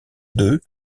deux